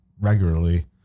regularly